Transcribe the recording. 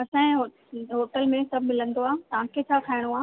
असांजी होटल में सभु मिलंदो आहे तव्हां छा खाइणो आहे